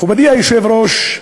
מכובדי היושב-ראש,